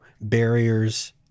barriers